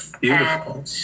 Beautiful